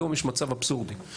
היום יש מצב אבסורדי,